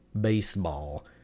baseball